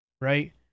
Right